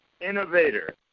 Innovator